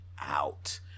out